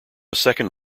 second